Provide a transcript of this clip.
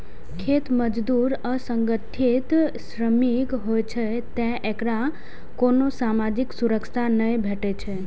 खेत मजदूर असंगठित श्रमिक होइ छै, तें एकरा कोनो सामाजिक सुरक्षा नै भेटै छै